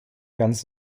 ganz